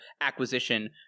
acquisition